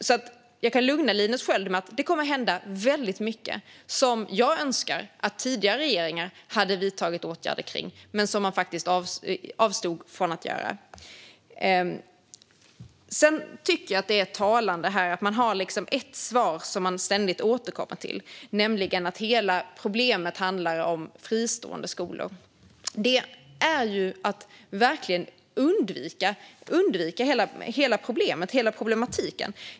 Jag kan alltså lugna Linus Sköld med att det kommer att hända väldigt mycket där jag önskar att tidigare regeringar hade vidtagit åtgärder men som de faktiskt avstod från att göra. Jag tycker att det är talande att man har ett svar som man ständigt återkommer till, nämligen att hela problemet handlar om fristående skolor. Det är verkligen att undvika hela problematiken.